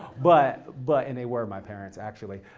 but but and they were my parents actually.